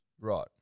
Right